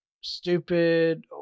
stupid